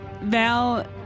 Val